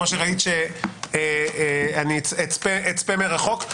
אני אצפה מרחוק,